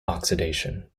oxidation